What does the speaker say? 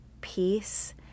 peace